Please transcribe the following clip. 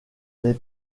les